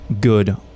good